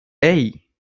hey